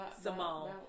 Simone